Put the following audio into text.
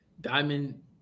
Diamond